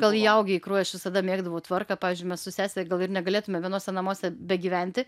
gal įaugę į kraują aš visada mėgdavau tvarką pavyzdžiui mes su sese gal ir negalėtume vienuose namuose begyventi